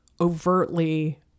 overtly